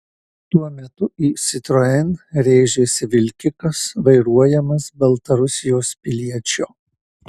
tuo metu į citroen rėžėsi vilkikas vairuojamas baltarusijos piliečio